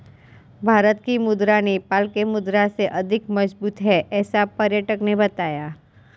भारत की मुद्रा नेपाल के मुद्रा से अधिक मजबूत है ऐसा पर्यटक ने बताया